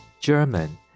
German